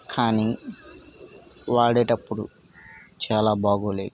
కానీ వాడేటప్పుడు చాలా బాగలేదు